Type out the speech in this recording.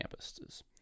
campuses